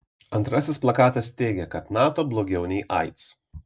antrasis plakatas teigė kad nato blogiau nei aids